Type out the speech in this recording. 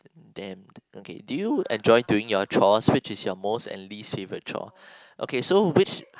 damned okay do you enjoy doing your chores which is your most and least favourite chore okay so which